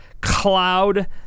Cloud